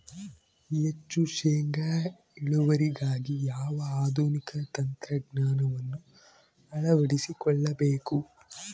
ಹೆಚ್ಚು ಶೇಂಗಾ ಇಳುವರಿಗಾಗಿ ಯಾವ ಆಧುನಿಕ ತಂತ್ರಜ್ಞಾನವನ್ನು ಅಳವಡಿಸಿಕೊಳ್ಳಬೇಕು?